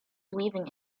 weaving